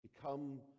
Become